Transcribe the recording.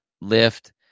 lift